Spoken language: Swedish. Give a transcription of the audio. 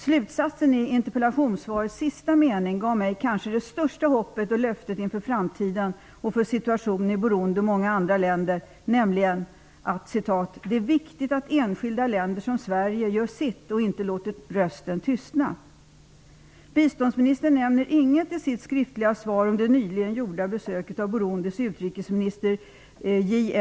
Slutsatsen i interpellationssvarets sista mening gav mig kanske det största hoppet inför framtiden vad gäller situationen i Burundi och många andra länder: ''--- det är viktigt att enskilda länder som Sverige gör sitt och inte låter rösten tystna.'' Biståndsministern nämner i sitt skriftliga svar inget om det nyligen gjorda besöket av Burundis utrikesminister J.